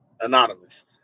Anonymous